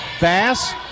Bass